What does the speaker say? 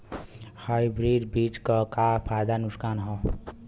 Hybrid बीज क का फायदा नुकसान ह?